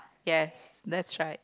yes that's right